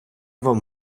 вам